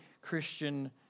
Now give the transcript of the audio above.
Christian